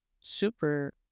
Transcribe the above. Super